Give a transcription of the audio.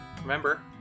remember